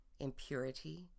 impurity